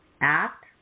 Act